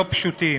לא פשוטים,